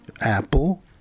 Apple